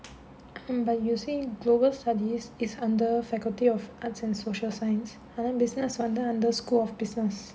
uh but you say global studies is under faculty of arts and social science அதான்:adhaan business வந்து:vandhu under school of business